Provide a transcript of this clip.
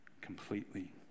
completely